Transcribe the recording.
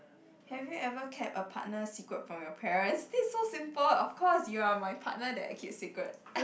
have you ever kept a partner secret from your parents this is so simple of course you are my partner that I keep secret